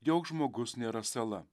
joks žmogus nėra sala